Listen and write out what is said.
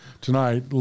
tonight